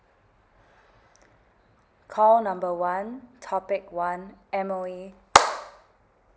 call number one topic one M_O_E